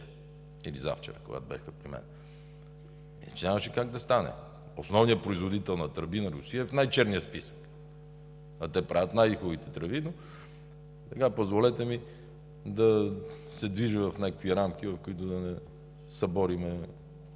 или завчера, когато бяха при мен. Иначе нямаше как да стане. Основният производител на тръби на Русия е в най-черния списък, а те правят най-хубавите тръби. Позволете ми да се движим в някакви рамки, в които да не съборим